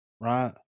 right